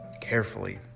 carefully